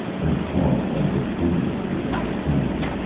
they paused and looked dubiously into the canyon.